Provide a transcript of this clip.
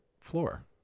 floor